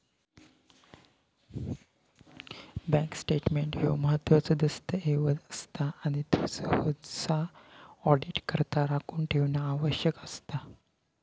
bank statement ह्यो महत्त्वाचो दस्तऐवज असता आणि त्यो सहसा ऑडिटकरता राखून ठेवणा आवश्यक असता